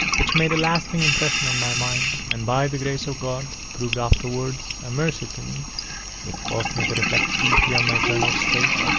which made a lasting impression on my mind, and, by the grace of god, proved afterwards a mercy to me it caused me to reflect deeply on my eternal state,